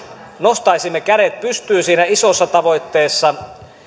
nostaisimme kädet pystyyn siinä isossa tavoitteessa